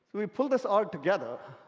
we pull this all together,